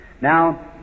Now